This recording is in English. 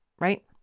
right